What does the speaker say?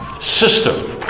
system